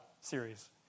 series